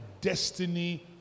destiny